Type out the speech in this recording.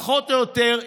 פחות או יותר,